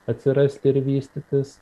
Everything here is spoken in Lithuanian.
atsirasti ir vystytis